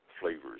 flavors